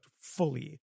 fully